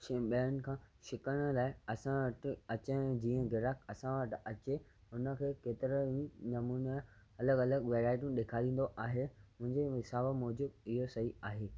ॿियनि खां छिकिण लाइ असां वटि अचणु जीअं गिराक असां वटि अचे उन खे केतिरा ई नमूना अलॻि अलॻि वैराइटीयूं ॾेखारींदो आहे मुंहिंजे हिसाब मौजु इहा सही आहे